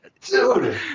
dude